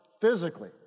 physically